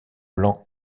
blanc